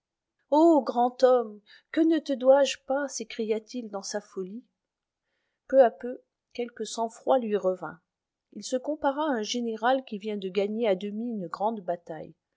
o grand homme que ne te dois-je pas s'écria-t-il dans sa folie peu à peu quelque sang-froid lui revint il se compara à un général qui vient de gagner à demi une grande bataille